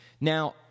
Now